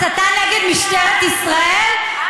הסתה נגד משטרת ישראל,